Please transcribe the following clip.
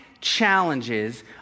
challenges